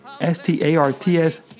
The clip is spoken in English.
S-T-A-R-T-S